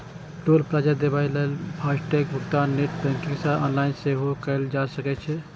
टोल plaza देबय लेल FASTag भुगतान नेट बैंकिंग सं ऑनलाइन सेहो कैल जा सकै छै